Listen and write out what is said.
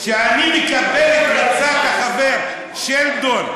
כשאני מקבל את עצת החבר שלדון: